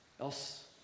Else